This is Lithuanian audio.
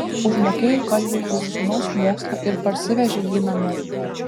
užmokėjo kalviui už sūnaus mokslą ir parsivežė jį namo